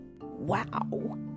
Wow